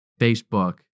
Facebook